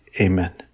Amen